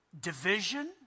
division